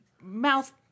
mouth